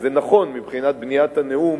זה נכון מבחינת בניית הנאום